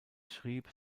schrieb